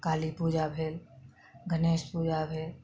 काली पूजा भेल गणेश पूजा भेल